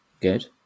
Good